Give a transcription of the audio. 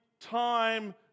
time